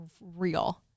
real